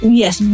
yes